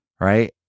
Right